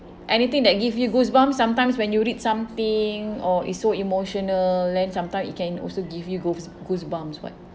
anything that gives me goosebumps sometimes when you read something or it's so emotional then sometimes it can also give you goose~ goosebumps [what]